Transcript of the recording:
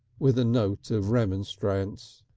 with a note of remonstrance.